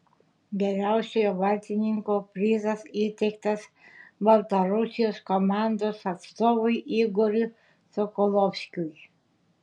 geriausiojo vartininko prizas įteiktas baltarusijos komandos atstovui igoriui sokolovskiui